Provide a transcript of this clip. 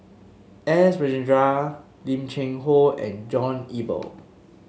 S Rajendran Lim Cheng Hoe and John Eber